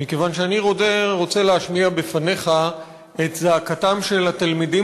מכיוון שאני רוצה להשמיע בפניך את זעקתם של התלמידים